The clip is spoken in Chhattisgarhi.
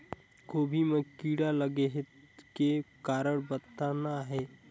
गोभी म कीड़ा लगे के कारण कतना हे?